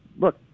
Look